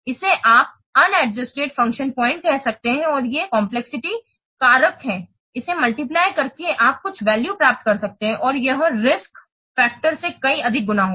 इसे आप unadjusted function point कह सकते हैं और ये कम्प्लेक्सिटी कारक हैं इसे मल्टीप्लय करके आप कुछ वैल्यू प्राप्त कर सकते हैं और यह जोखिम कारक से कई गुना अधिक होगा